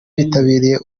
bitabiriye